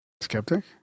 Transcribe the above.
skeptic